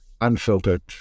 unfiltered